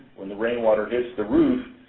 when the rainwater hits the roof,